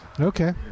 Okay